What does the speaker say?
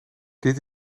dit